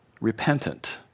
repentant